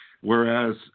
whereas